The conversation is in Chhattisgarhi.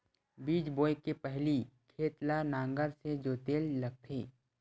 बीज बोय के पहिली खेत ल नांगर से जोतेल लगथे?